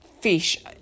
fish